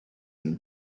and